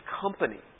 company